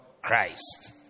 Christ